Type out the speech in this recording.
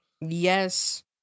Yes